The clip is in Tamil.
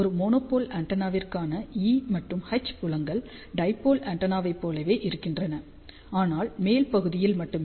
ஒரு மோனோபோல் ஆண்டெனாவிற்கான E மற்றும் H புலங்கள் டைபோல் ஆண்டெனாவைப் போலவே இருக்கின்றன ஆனால் மேல் பாதியில் மட்டுமே